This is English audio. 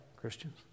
Christians